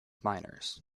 miners